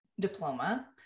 diploma